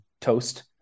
toast